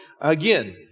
Again